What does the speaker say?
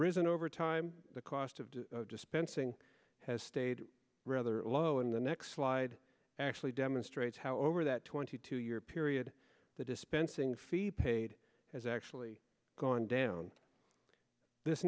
en over time the cost of dispensing has stayed rather low in the next slide actually demonstrates how over that twenty two year period the dispensing fee paid has actually gone down this